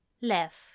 left